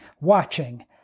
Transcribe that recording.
Watching